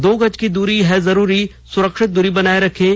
दो गज की दूरी है जरूरी सुरक्षित दूरी बनाए रखें